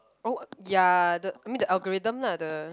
oh ya the I mean the algorithm lah the